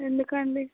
ఎందుకండి